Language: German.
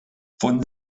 von